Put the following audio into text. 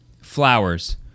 Flowers